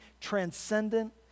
transcendent